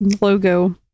logo